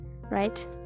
right